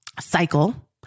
cycle